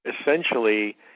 essentially